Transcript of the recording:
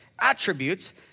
attributes